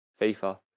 FIFA